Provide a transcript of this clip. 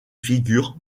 figures